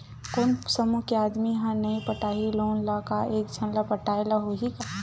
कोन समूह के आदमी हा नई पटाही लोन ला का एक झन ला पटाय ला होही का?